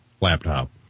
laptop